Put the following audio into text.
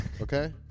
Okay